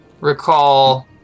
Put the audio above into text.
recall